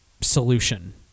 solution